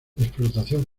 explotación